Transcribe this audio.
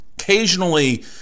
occasionally